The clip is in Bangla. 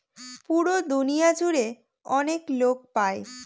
পুরো দুনিয়া জুড়ে অনেক লোক পাই